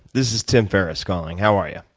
this is tim ferriss calling. how are you?